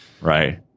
Right